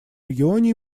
регионе